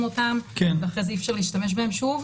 אותם ואחרי זה אי אפשר להשתמש בהם שוב.